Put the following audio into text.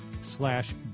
slash